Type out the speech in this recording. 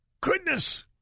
goodness